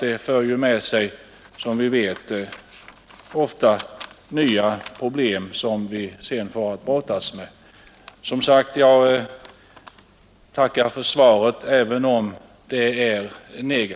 Det för som bekant ofta med sig nya problem, som vi sedan får brottas med.